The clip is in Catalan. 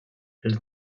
els